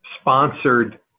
sponsored